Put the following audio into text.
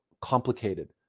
complicated